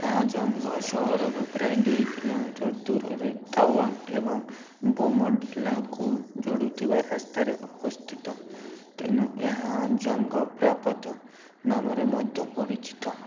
ଏହା ଜଙ୍ଗ ସହରରୁ ପ୍ରାୟ ଦୁଇ କିଲୋମିଟର ଦୂରରେ ତାୱାଙ୍ଗ ଏବଂ ବୋମୋଢ଼ିଲାକୁ ଯୋଡ଼ୁଥିବା ରାସ୍ତାରେ ଅବସ୍ଥିତ ତେଣୁ ଏହା ଜଙ୍ଗ ପ୍ରାପାତ ନାମରେ ମଧ୍ୟ ପରିଚିତ